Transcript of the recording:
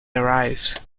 arrives